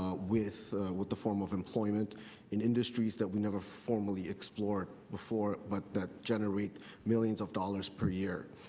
ah with with the form of employment in industries that we never formally explored before but that generate millions of dollars per year.